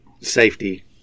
safety